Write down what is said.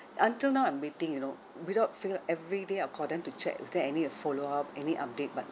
until now I'm waiting you know without fail everyday I call them to check is there any uh follow up any update but